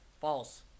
False